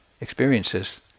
experiences